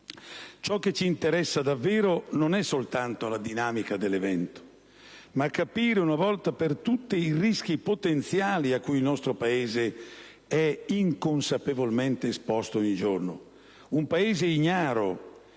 Ciò che ci interessa davvero non è soltanto la dinamica dell'evento, ma è anche capire una volta per tutte i rischi potenziali cui il nostro Paese è inconsapevolmente esposto ogni giorno, ignaro